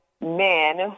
men